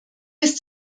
ist